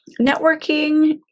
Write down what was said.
networking